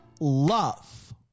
love